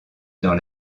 dans